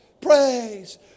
praise